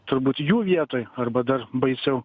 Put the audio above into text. turbūt jų vietoj arba dar baisiau